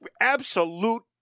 absolute